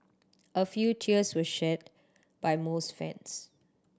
a few tears were shed by most fans